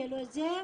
תסתכלי.